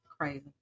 crazy